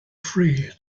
free